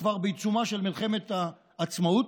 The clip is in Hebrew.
כבר בעיצומה של מלחמת העצמאות,